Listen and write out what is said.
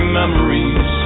memories